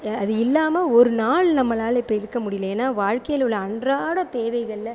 அது இல்லாமல் ஒரு நாள் நம்மளால் இப்போ இருக்க முடியல ஏன்னால் வாழ்க்கையில் உள்ள அன்றாட தேவைகளில்